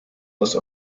das